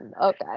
okay